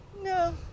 No